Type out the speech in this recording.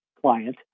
client